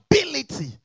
ability